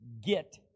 get